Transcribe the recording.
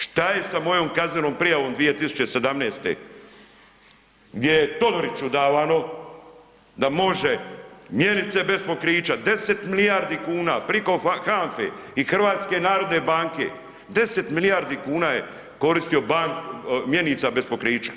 Što je sa mojom kaznenom prijavom 2017. gdje je Todoriću davano da može mjenice bez pokrića 10 milijardi kuna priko HANFA-e i HNB-a, 10 milijardi kuna je koristio mjenica bez pokrića.